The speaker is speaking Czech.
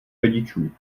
rodičů